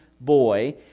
boy